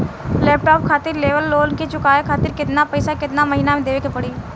Laptop खातिर लेवल loan के चुकावे खातिर केतना पैसा केतना महिना मे देवे के पड़ी?